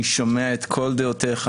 אני שומע את כל דעותיך,